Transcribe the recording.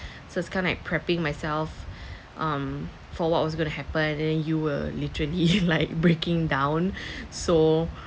so kind of like prepping myself um for what was gonna happen then you were literally like breaking down so